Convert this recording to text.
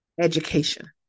education